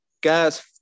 Guys